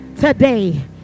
today